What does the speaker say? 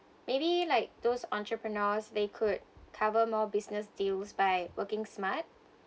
maybe like those entrepreneurs they could cover more business deals by working smart